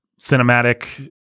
cinematic